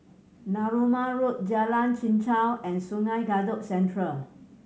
Narooma Road Jalan Chichau and Sungei Kadut Central